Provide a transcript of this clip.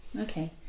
Okay